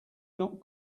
not